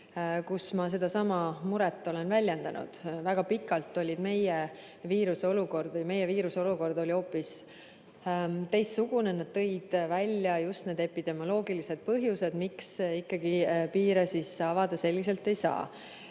kus ma sedasama muret olen väljendanud. Väga pikalt oli meie viiruseolukord hoopis teistsugune, nad tõid välja just need epidemioloogilised põhjused, miks ikkagi piire avada selliselt ei saa.